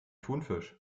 thunfisch